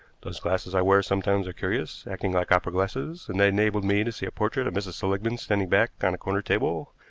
those glasses i wear sometimes are curious, acting like opera-glasses, and they enabled me to see a portrait of mrs. seligmann standing back on a corner table,